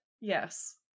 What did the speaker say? Yes